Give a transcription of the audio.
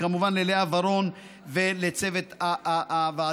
וכמובן ללאה ורון ולצוות הוועדה.